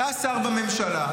אתה שר בממשלה,